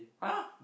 !huh!